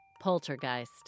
Poltergeist